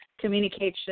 communication